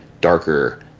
darker